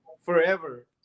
forever